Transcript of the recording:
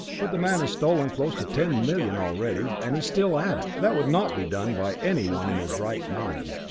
but the man has stolen close to ten million already, and he's still at it. that would not be done by anyone in his right mind.